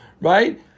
right